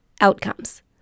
outcomes